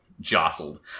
jostled